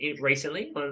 recently